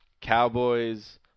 Cowboys